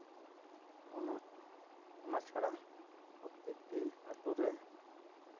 ᱚᱱᱟ ᱠᱚ ᱚᱱᱟ ᱪᱷᱟᱲᱟ ᱯᱨᱚᱛᱛᱮᱠᱴᱤ ᱟᱹᱛᱩᱨᱮ